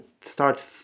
start